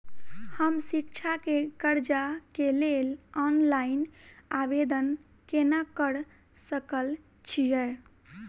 हम शिक्षा केँ कर्जा केँ लेल ऑनलाइन आवेदन केना करऽ सकल छीयै?